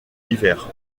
hiver